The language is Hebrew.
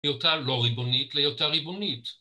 ‫היותה לא ריבונית להיותה ריבונית.